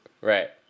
right